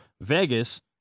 Vegas